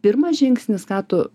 pirmas žingsnis ką tu